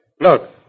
Look